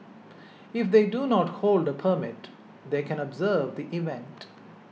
if they do not hold a permit they can observe the event